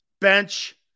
Bench